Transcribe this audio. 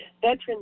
veterans